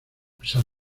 pesar